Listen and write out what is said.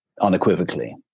unequivocally